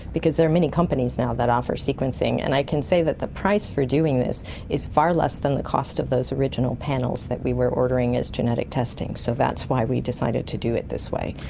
because there are many companies now that offer sequencing, and i can say that the price for doing this is far less than the cost of those original panels that we were ordering as genetic testing, so that's why we decided to do it this way.